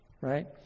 right